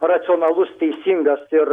racionalus teisingas ir